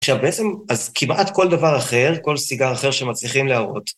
עכשיו בעצם, אז כמעט כל דבר אחר, כל סיגר אחר שמצליחים להראות.